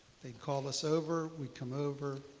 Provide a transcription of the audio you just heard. they'd call us over, we'd come over,